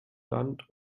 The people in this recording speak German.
land